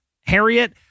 Harriet